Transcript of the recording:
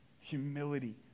humility